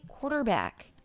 quarterback